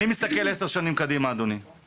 אדוני, אני מסתכל 10 שנים קדימה ואני